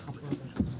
בבקשה.